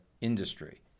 industry